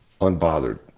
unbothered